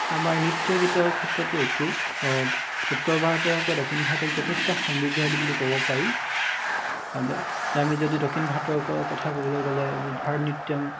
আমাৰ নৃত্য গীতৰ ক্ষেত্ৰতো একেই উত্তৰ ভাৰতীয় হওক বা দক্ষিণ ভাৰতীয় হওক যথেষ্টখিনি সমৃদ্ধিশালী বুলি ক'ব পাৰি আমি যদি দক্ষিণ ভাৰতৰ কথা ক'বলৈ গ'লে ভাৰত নৃত্যম